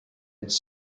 its